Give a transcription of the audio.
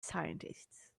scientists